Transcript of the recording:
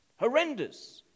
Horrendous